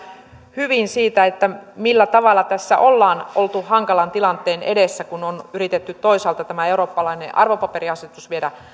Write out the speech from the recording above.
hyvin siitä millä tavalla tässä ollaan oltu hankalan tilanteen edessä kun on yritetty toisaalta tämä eurooppalainen arvopaperiasetus viedä